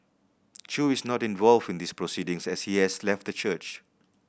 Chew is not involved in these proceedings as he has left the church